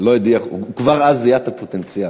לא הדיח, הוא כבר אז זיהה את הפוטנציאל.